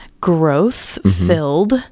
growth-filled